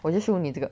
我 just show 你这个